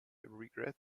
regret